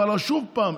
אבל שוב פעם,